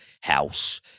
house